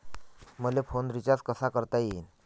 मले phone recharge कसा करता येईन?